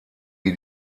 wie